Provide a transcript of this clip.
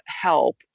help